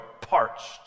parched